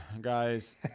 guys